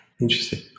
Interesting